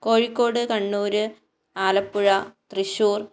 Kozhikode Kannur Alappuzha Thrissur